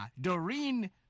Doreen